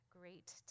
Great